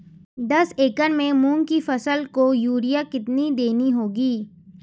दस एकड़ में मूंग की फसल को यूरिया कितनी देनी होगी?